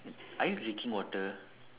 are you drinking water